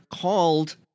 called